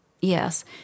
Yes